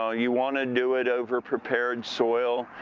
know, you wanna do it over prepared soil.